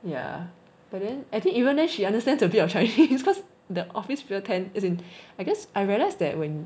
ya but then I think even then she understands a bit of chinese because the office people tend as in I guess I realise that when